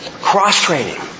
Cross-training